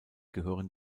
gehören